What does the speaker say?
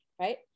right